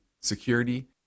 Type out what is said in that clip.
security